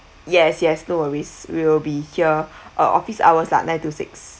yes yes no worries we will be here our office hours start nine to six